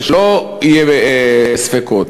שלא יהיו ספקות.